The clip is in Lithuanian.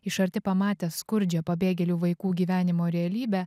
iš arti pamatė skurdžią pabėgėlių vaikų gyvenimo realybę